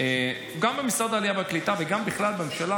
גם במשרד העלייה והקליטה וגם בכלל בממשלה